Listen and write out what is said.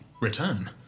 return